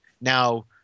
now